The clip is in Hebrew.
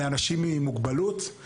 לאנשים עם מוגבלות.